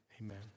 amen